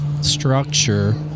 structure